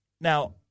Now